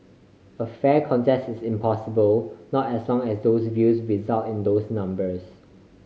a fair contests is impossible not as long as those views result in those numbers